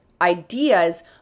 ideas